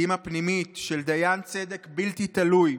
כי אם הפנימית, של דיין צדק בלתי תלוי,